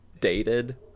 dated